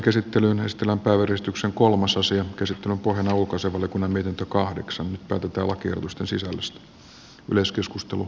käsittelyn estellä väristyksen kolmasosa jo kysytty onko hän halukas oli komennettu pohjana on ulkoasiainvaliokunnan mietintö